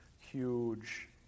Huge